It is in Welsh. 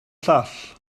llall